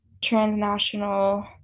transnational